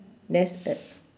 there's uh